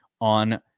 on